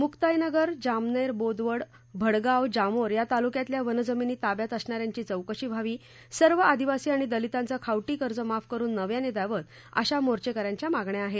मुक्ताईनगर जामनेर बोदवड भडगाव जामोर या तालुक्यातल्या वन जमिनी ताब्यात असणा यांची चौकशी व्हावी सर्व आदिवासी आणि दलितांचे खावटी कर्ज माफ करुन नव्याने द्यावेत अशा मोर्चेक यांच्या मागण्या आहेत